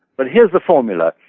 but here's the formula.